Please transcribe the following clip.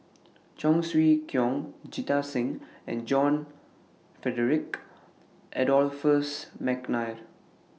Cheong Siew Keong Jita Singh and John Frederick Adolphus Mcnair